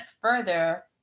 further